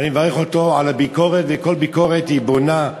ואני מברך אותו על הביקורת, וכל ביקורת היא בונה,